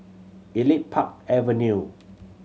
Elite Park Avenue